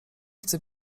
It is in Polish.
chce